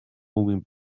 moving